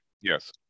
Yes